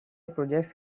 projects